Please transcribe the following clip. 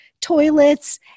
toilets